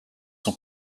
son